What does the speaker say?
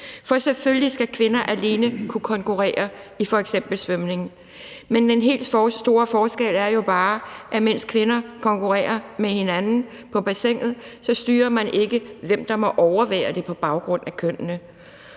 For selvfølgelig skal kvinder alene kunne konkurrere i f.eks. svømning. Men den helt store forskel er jo bare, at mens kvinder konkurrerer med hinanden i bassinet, styrer man ikke, hvem der må overvære det på baggrund af kønnene.